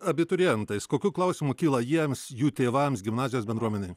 abiturientais kokių klausimų kyla jiems jų tėvams gimnazijos bendruomenei